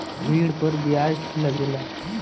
ऋण पर बियाज लगेला